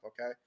okay